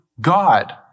God